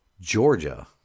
Georgia